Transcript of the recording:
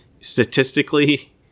statistically